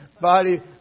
Body